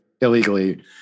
illegally